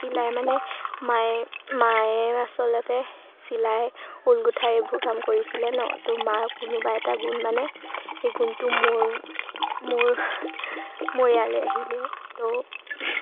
চিলাই মানে মায়ে মায়ে আচলতে চিলাই ঊল গুঠা এইবোৰ কাম কৰিছিলে নহ্ ত' মাৰ কোনোবা এটা গুণ মানে এই গুণটো মোৰ মোৰ মোৰ ইয়ালৈ আহিলে ত'